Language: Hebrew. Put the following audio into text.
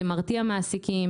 זה מרתיע מעסיקים,